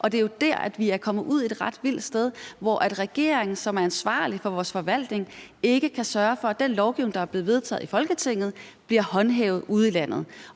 og det er jo der, vi er kommet ud på et ret vildt sted, hvor regeringen, som er ansvarlig for vores forvaltning, ikke kan sørge for, at den lovgivning, der er blevet vedtaget i Folketinget, bliver håndhævet ude i landet,